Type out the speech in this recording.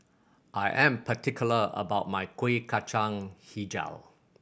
I am particular about my Kuih Kacang Hijau